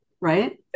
right